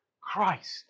Christ